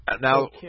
Now